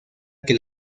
que